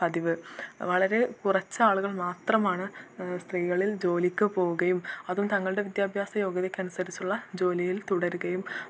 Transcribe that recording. പതിവ് വളരേ കുറച്ചാളുകൾ മാത്രമാണ് സ്ത്രീകളിൽ ജോലിക്ക് പോകുകയും അതും തങ്ങളുടെ വിദ്യാഭ്യാസ യോഗ്യതയ്ക്കനുസരിച്ചുള്ള ജോലിയിൽ തുടരുകയും